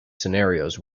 scenarios